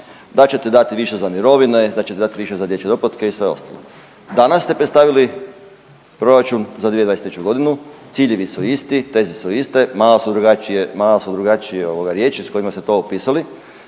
da ćete dati više za mirovine, da ćete dati više za dječje doplatke i sve ostalo. Danas ste predstavili proračun za 2023. godinu. Ciljevi su isti, teze su iste, malo su drugačije riječi sa kojima ste to opisali.